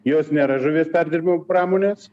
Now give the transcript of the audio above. jos nėra žuvies perdirbimo pramonės